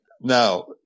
Now